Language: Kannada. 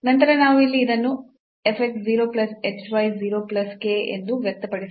ನಂತರ ನಾವು ಇಲ್ಲಿ ಇದನ್ನು f x 0 plus h y 0 plus k ಎಂದು ವ್ಯಕ್ತಪಡಿಸಬಹುದು